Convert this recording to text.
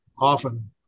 Often